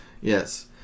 Yes